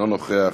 אינו נוכח.